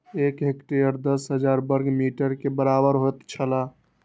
एक हेक्टेयर दस हजार वर्ग मीटर के बराबर होयत छला